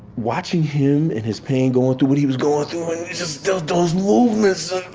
watching him and his pain, going through what he was going through and just those those movements.